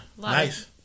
Nice